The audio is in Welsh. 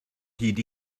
hyd